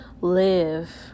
live